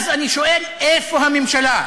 אז אני שואל: איפה הממשלה?